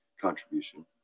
contribution